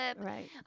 Right